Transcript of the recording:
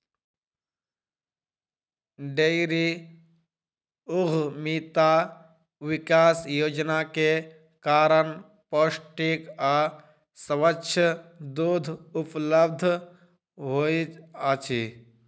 dairy उद्यमिता विकास योजना के कारण पौष्टिक आ स्वच्छ दूध उपलब्ध होइत अछि